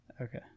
Okay